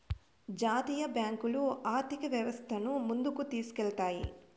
జాతీయ బ్యాంకులు ఆర్థిక వ్యవస్థను ముందుకు తీసుకెళ్తాయి